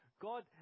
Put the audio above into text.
God